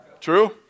True